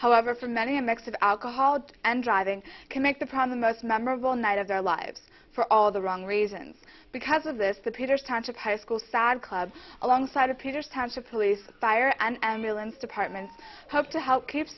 however for many a mix of alcohol and driving can make the problem most memorable night of their lives for all the wrong reasons because of this the peters township high school sad club alongside of peter's township police fire and ambulance departments have to help keep